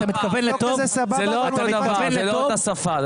אתה מתכוון לטוב, זה לא אותו דבר, זה לא אותה שפה.